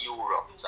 Europe